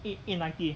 eight eight nineteen